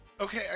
Okay